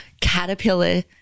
caterpillar